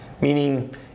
meaning